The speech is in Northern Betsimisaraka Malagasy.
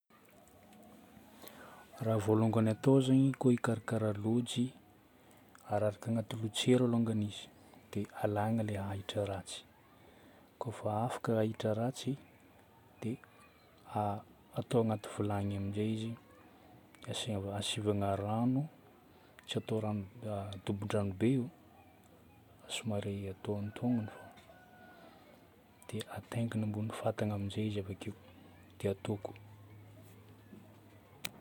Raha vôlongany atao zagny ko hikarakara lojy: araraka agnaty lotsero alôngany izy, dia alagna ilay ahitra ratsy. Kôfa afaka ahitra ratsy, dia atao agnaty vilagny amin'izay izy. Asiva- asivana rano. Tsy atao rano dobo-drano be io an. Somary atao antonogno. Dia ataingina ambony fatana amin'izay izy avakeo. Dia atoko.